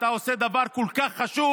אתה עושה דבר כל כך חשוב,